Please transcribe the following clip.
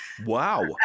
Wow